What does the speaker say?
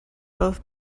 both